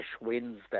Wednesday